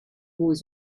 always